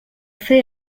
fer